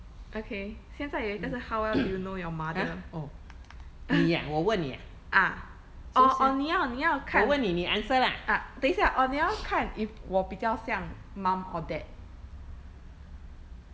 okay 现在有一个是 how well do you know your mother ah or or 你要你要看啊等一下:ni yao ni yao a deng yi xia or 你要看 if 我比较像 mom or dad